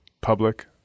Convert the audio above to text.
public